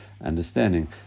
understanding